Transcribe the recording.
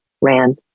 ran